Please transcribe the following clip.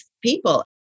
people